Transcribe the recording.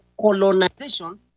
colonization